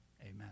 amen